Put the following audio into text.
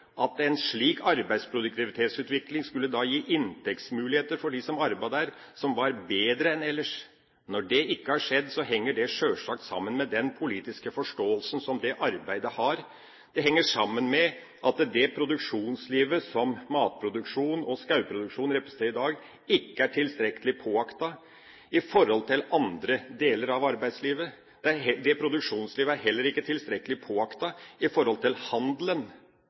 at en slik arbeidsproduktivitetsutvikling skulle gi inntektsmuligheter for dem som arbeider der, som var bedre enn ellers. Når det ikke har skjedd, henger det sjølsagt sammen med den politiske forståelsen av det arbeidet. Det henger sammen med at det produksjonslivet som matproduksjon og skogproduksjon representerer i dag, ikke er tilstrekkelig påaktet i forhold til andre deler av arbeidslivet. Produksjonslivet er heller ikke tilstrekkelig påaktet i forhold til handelen